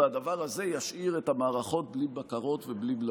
והדבר הזה ישאיר את המערכות בלי בקרות ובלי בלמים.